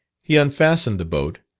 he unfastened the boat,